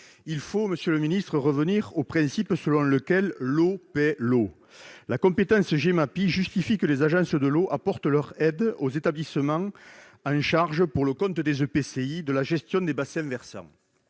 « eau ». Monsieur le ministre, il faut revenir au principe selon lequel « l'eau paie l'eau ». La compétence Gemapi justifie que les agences de l'eau apportent leur aide aux établissements chargés, pour le compte des EPCI, de la gestion des bassins versants.